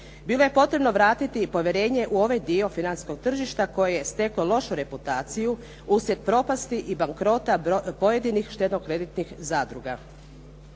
Bilo je potrebno vratiti i povjerenje u ovaj dio financijskog tržišta koje je steklo lošu reputaciju uslijed propasti i bankrota pojedinih štedno-kreditnih zadruga.